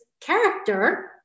character